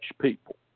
people